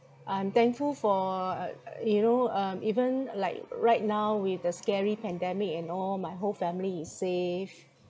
I'm thankful for uh you know um even like right now with the scary pandemic and all my whole family is safe